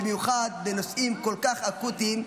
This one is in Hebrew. במיוחד בנושאים כל כך אקוטיים,